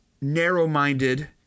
narrow-minded